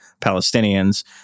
Palestinians